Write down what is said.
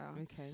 Okay